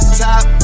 top